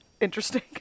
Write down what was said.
Interesting